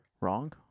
Wrong